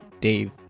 Dave